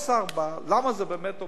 למה זה באמת עומד?